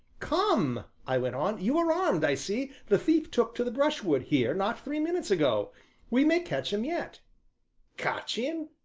come, i went on, you are armed, i see the thief took to the brushwood, here, not three minutes ago we may catch him yet catch him?